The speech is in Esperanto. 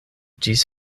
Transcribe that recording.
ĝis